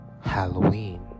Halloween